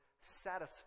satisfied